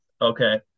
Okay